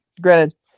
granted